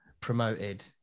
promoted